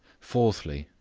fourthly,